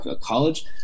college